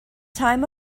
time